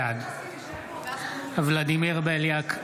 בעד ולדימיר בליאק,